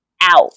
out